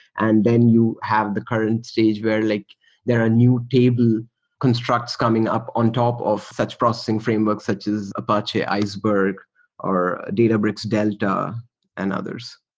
and then you have the current stage where like there are new table constructs coming up on top of such processing frameworks such as apache iceberg or databricks delta and others.